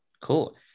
Cool